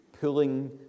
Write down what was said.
pulling